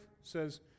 says